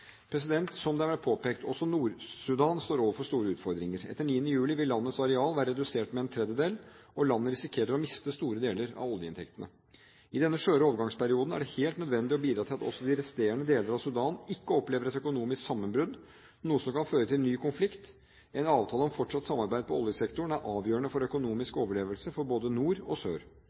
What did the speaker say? Som det har vært påpekt: Også Nord-Sudan står overfor store utfordringer. Etter 9. juli vil landets areal være redusert med en tredjedel, og landet risikerer å miste store deler av oljeinntektene. I denne skjøre overgangsperioden er det helt nødvendig å bidra til at de resterende deler av Sudan ikke opplever et økonomisk sammenbrudd, noe som kan føre til en ny konflikt. En avtale om fortsatt samarbeid i oljesektoren er avgjørende for økonomisk overlevelse for både nord og sør.